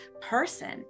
person